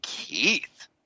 Keith